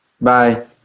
Bye